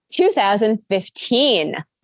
2015